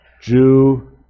Jew